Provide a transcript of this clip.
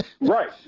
Right